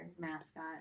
mascot